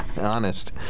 Honest